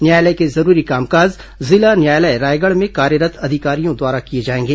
न्यायालय के जरूरी कामकाज जिला न्यायालय रायगढ़ में कार्यरत् अधिकारियों द्वारा किए जाएंगे